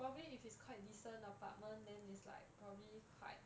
probably if it's quite decent apartment then it's like probably quite